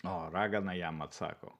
o ragana jam atsako